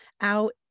out